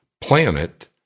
planet